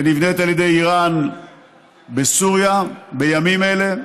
שנבנית על ידי איראן בסוריה בימים אלה,